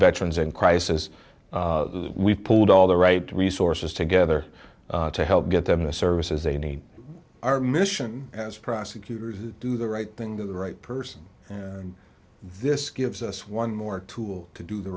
veterans in crisis we pulled all the right resources together to help get them the services they need our mission as prosecutors do the right thing the right person and this gives us one more tool to do the